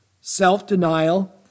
self-denial